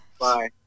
Bye